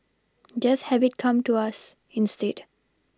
just have it come to us instead